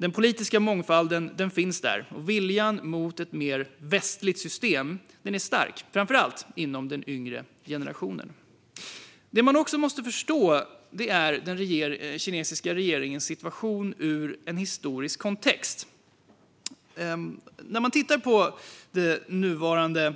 Den politiska mångfalden finns där, och viljan att få ett mer västligt system är stark, framför allt i den yngre generationen. Vad man också måste förstå är den kinesiska regeringens situation ur en historisk kontext. När man tittar på det nuvarande